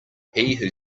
who